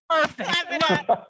perfect